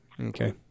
Okay